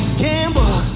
gamble